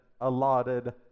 allotted